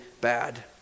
bad